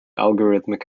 algorithmic